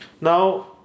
Now